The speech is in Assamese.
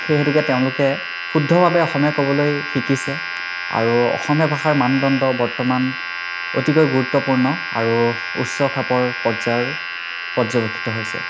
সেই হেতুকে তেওঁলোকে শুদ্ধভাৱে অসমীয়া ক'বলৈ শিকিছে আৰু অসমীয়া ভাষাৰ মানদণ্ড বৰ্তমান অতিকৈ গুৰুত্বপূৰ্ণ আৰু উচ্চখাপৰ পৰ্যায়ৰ পৰ্যবেক্ষিত হৈছে